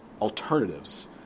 alternatives